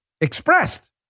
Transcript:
expressed